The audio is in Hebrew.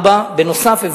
4. נוסף על כך,